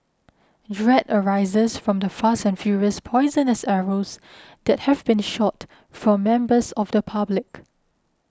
dread arises from the fast and furious poisonous arrows that have been shot from members of the public